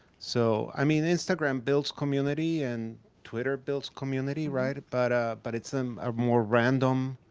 so, i mean instagram builds community and twitter builds community, right. but but it's um a more random,